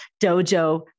dojo